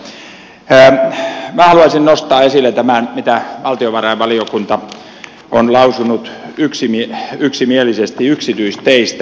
minä haluaisin nostaa esille tämän mitä valtiovarainvaliokunta on lausunut yksimielisesti yksityisteistä